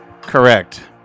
Correct